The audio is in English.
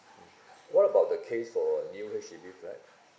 uh what about the case for a new H_D_B flat